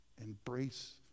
Embrace